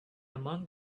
among